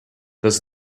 does